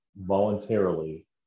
voluntarily